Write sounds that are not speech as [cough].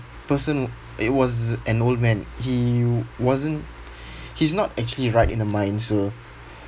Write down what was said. person it was an old man he wasn't [breath] he's not actually right in the mind so